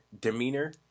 demeanor